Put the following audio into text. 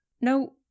no